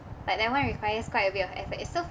but that one requires quite a bit of effort it's so